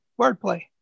wordplay